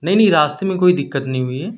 نہیں نہیں راستے میں کوئی دقّت نہیں ہوئی ہے